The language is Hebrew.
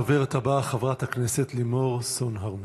הדוברת הבאה, חברת הכנסת לימור סון הר מלך.